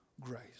grace